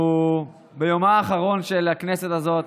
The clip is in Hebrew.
ביומה האחרון של הכנסת הזאת.